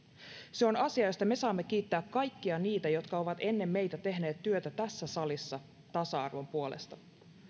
se on asia josta me saamme kiittää kaikkia niitä jotka ovat ennen meitä tehneet työtä tässä salissa tasa arvon puolesta